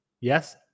Yes